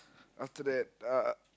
after that uh